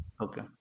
okay